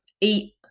eat